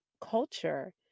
culture